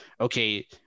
okay